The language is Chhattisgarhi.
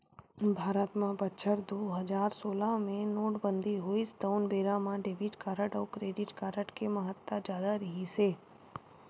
भारत म बछर दू हजार सोलह मे नोटबंदी होइस तउन बेरा म डेबिट कारड अउ क्रेडिट कारड के महत्ता जादा रिहिस हे